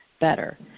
better